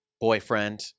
boyfriend